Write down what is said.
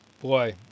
Boy